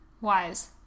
Wise